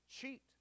cheat